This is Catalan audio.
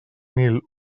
mil